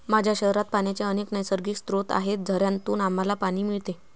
माझ्या शहरात पाण्याचे अनेक नैसर्गिक स्रोत आहेत, झऱ्यांतून आम्हाला पाणी मिळते